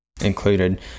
included